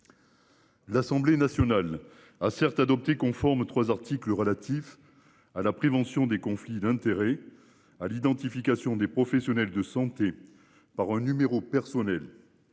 L'Assemblée nationale a certes adopté conforme 3 articles relatifs à la prévention des conflits d'intérêts à l'identification des professionnels de santé par un numéro personnel.